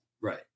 Right